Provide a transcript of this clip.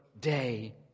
day